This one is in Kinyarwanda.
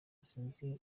sinzi